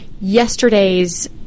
yesterday's